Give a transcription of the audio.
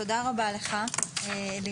תודה רבה לך אלירן.